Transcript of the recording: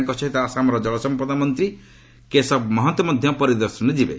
ତାଙ୍କ ସହିତ ଆସାମର ଜଳସମ୍ପଦ ମନ୍ତ୍ରୀ କେଶବ ମହନ୍ତ ମଧ୍ୟ ପରିଦର୍ଶନରେ ଯିବେ